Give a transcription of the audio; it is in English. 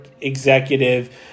executive